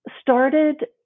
started